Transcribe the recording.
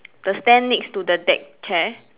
the stand next to the deck chair